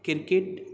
cricket